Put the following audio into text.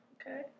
Okay